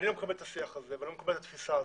אני לא מקבל את השיח הזה ואני לא מקבל את התפיסה הזאת.